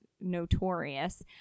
notorious